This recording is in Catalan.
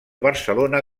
barcelona